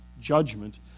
judgment